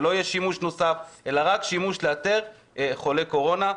ולא יהיה שימוש נוסף אלא רק כדי לאתר חולי קורונה.